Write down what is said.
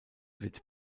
wird